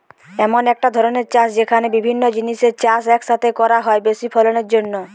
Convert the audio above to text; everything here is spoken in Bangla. এমন একটা ধরণের চাষ যেখানে বিভিন্ন জিনিসের চাষ এক সাথে করা হয় বেশি ফলনের জন্যে